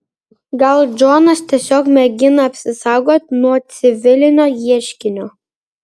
gal džonas tiesiog mėgina apsisaugoti nuo civilinio ieškinio